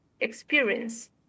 experience